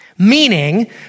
Meaning